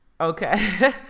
Okay